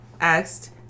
asked